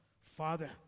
Father